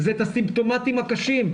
זה את הסימפטומים הקשים,